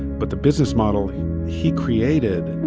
but the business model he created